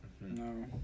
no